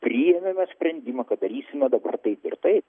priėmėme sprendimą kad darysime dabar taip ir taip